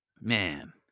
man